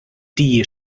die